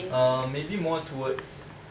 um maybe more towards